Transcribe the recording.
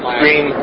green